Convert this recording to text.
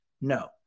no